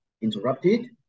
interrupted